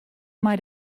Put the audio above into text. mei